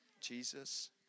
Jesus